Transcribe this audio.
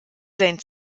sein